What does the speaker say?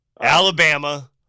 Alabama